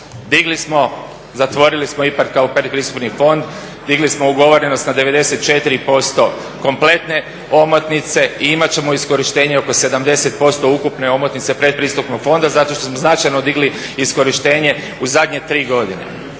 Digli smo, zatvorili smo IPARD kao pretpristupni fond, digli smo ugovorenost na 94% kompletne omotnice i imat ćemo iskorištenje oko 70% ukupne omotnice pretpristupnog fonda zato što smo značajno digli iskorištenje u zadnje 3 godine.